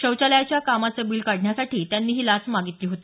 शौचालयाच्या कामाचं बील काढण्यासाठी त्यांनी ही लाच मागितली होती